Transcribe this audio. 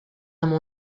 amb